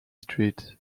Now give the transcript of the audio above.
street